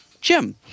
Jim